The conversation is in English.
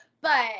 but-